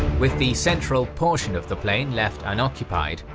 with the central portion of the plain left unoccupied,